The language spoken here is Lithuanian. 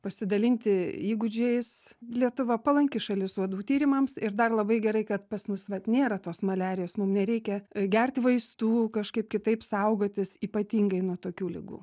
pasidalinti įgūdžiais lietuva palanki šalis uodų tyrimams ir dar labai gerai kad pas mus vat nėra tos maliarijos mum nereikia gerti vaistų kažkaip kitaip saugotis ypatingai nuo tokių ligų